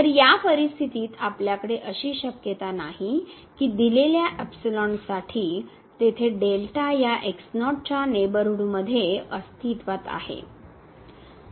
तर या परिस्थितीत आपल्याकडे अशी शक्यता नाही की दिलेल्या साठी तेथे या x0 च्या नेबरहूड मध्ये अस्तित्त्वात आहे